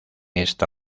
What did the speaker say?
esta